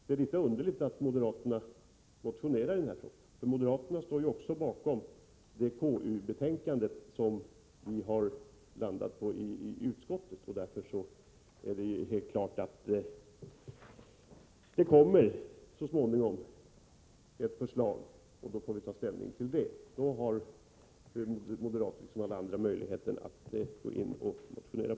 Det är litet underligt att moderaterna motionerar i frågan, eftersom de också står bakom det KU-betänkande som vi har stött oss på i utskottet. Det är helt klart att ett förslag så småningom kommer att läggas fram. Då får vi ta ställning till det, och då har moderaterna och andra möjligheter att motionera.